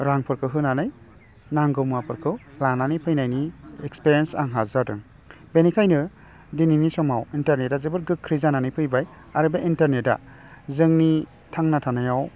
रांफोरखौ हानानै नांगौ मुवाफोरखौ लानानै इक्सपेरेनस आंहा जादों बिनिखायनो दिनैना समाव इन्टारनेटआ जोबोर गोख्रै जानानै फैबाय आरो बे इन्टारनेटआ जोंनि थांना थानायाव